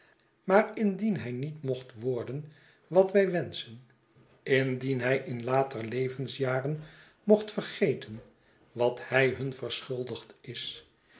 maar indien hij niet mocht worden wat wij wenschen indien hij in later levensjaren mocht vergeten wat hij hun verschuldigd is